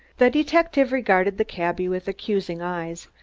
the detective regarded the cabby with accusing eyes.